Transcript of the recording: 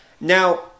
Now